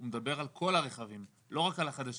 מדבר על כל הרכבים ולא רק על החדשים.